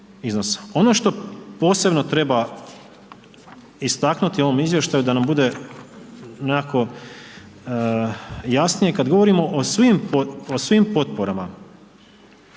Ono što posebno treba istaknuti u ovom izvještaju da nam bude nekako jasnije, kad govorimo o svim potporama,